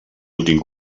últim